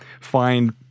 find